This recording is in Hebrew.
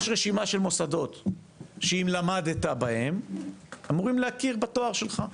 יש רשימה של מוסדות שאם למדת בהם אמורים להכיר בתואר שלך.